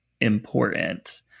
important